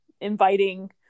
inviting